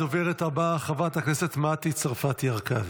הדוברת הבאה, חברת הכנסת מטי צרפתי הרכבי.